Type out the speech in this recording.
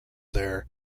there